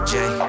Jay